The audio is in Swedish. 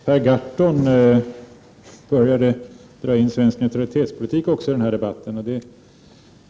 Herr talman! I sin senaste replik drog Per Gahrton in svensk neutralitetspolitik i debatten.